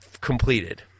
completed